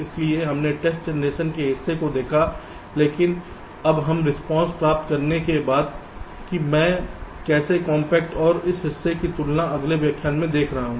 इसलिए हमने test generation के हिस्से को देखा है लेकिन अब हम रिस्पांसएस प्राप्त करने के बाद कि मैं कैसे कॉम्पैक्ट और उस हिस्से की तुलना अगले व्याख्यान में देख रहा हूं